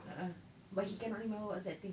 (uh huh) but he cannot remember what's that thing